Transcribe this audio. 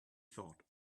thought